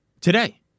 today